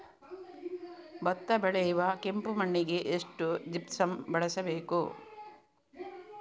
ಭತ್ತ ಬೆಳೆಯುವ ಕೆಂಪು ಮಣ್ಣಿಗೆ ಎಷ್ಟು ಜಿಪ್ಸಮ್ ಬಳಸಬೇಕು?